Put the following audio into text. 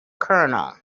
colonel